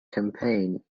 campaign